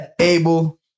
Abel